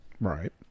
right